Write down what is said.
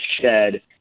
shed